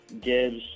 Gibbs